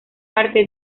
parte